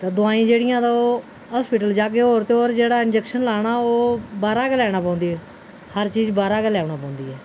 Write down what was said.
ते दबाई जेह्ड़ियां ओह् हास्पिटल जागे होर ते होर जेह्ड़ा इनजैक्शन लाना ओह् बाह्रा गै लैना पौंदी ऐ हर चीज बाह्रा गै लैना पौंदी ऐ